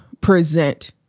present